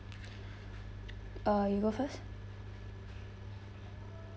uh you go first